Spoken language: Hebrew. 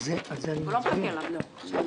הוא לא מחכה לנו.